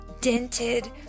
dented